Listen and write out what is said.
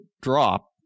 drop